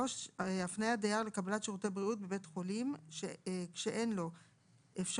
(3)הפניית דייר לקבלת שירותי בריאות בבית חולים כשאין לו אפשרות